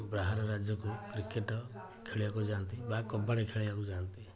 ବାହାର ରାଜ୍ୟକୁ କ୍ରିକେଟ୍ ଖେଳିବାକୁ ଯାଆନ୍ତି ବା କବାଡ଼ି ଖେଳିବାକୁ ଯାଆନ୍ତି